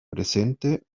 presente